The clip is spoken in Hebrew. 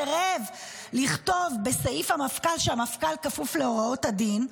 סירב לכתוב בסעיף המפכ"ל שהמפכ"ל כפוף להוראות הדין,